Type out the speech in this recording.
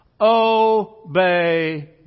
obey